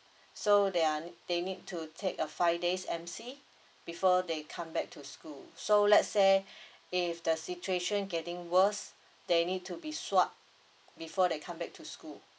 so they are they need to take a five days M_C before they come back to school so let's say if the situation getting worse they need to be swabbed before they come back to school